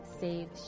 save